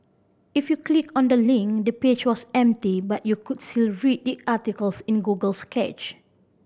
if you clicked on the link the page was empty but you could still read the article in Google's cache